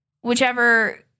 Whichever